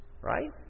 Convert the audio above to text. Right